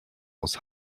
aus